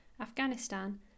Afghanistan